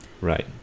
right